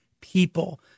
people